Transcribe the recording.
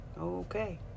Okay